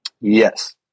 yes